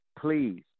please